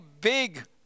big